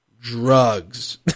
drugs